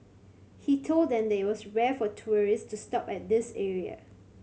he told them that it was rare for tourist to stop at this area